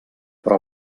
però